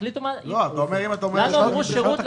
תחליטו מה אתם רוצים.